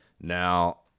Now